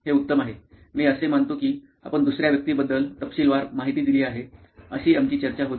हे उत्तम आहे मी असे मानतो की आपण दुसर्या व्यक्तीबद्दल तपशीलवार माहिती दिली आहे अशी आमची चर्चा होती